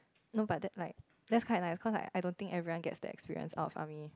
no but that like that's quite nice cause like I don't think that everyone gets that experience of army